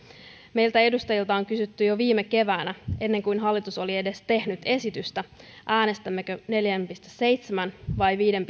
meiltä edustajilta on kysytty jo viime keväänä ennen kuin hallitus oli edes tehnyt esitystä äänestämmekö neljän pilkku seitsemän vai viiden